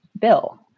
bill